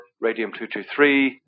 radium-223